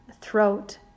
throat